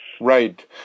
Right